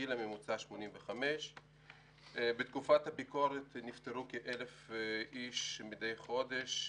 הגיל הממוצע הוא 85. בתקופת הביקורת נפטרו כ-1,000 איש מידי חודש.